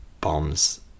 bombs